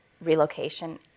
relocation